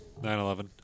9-11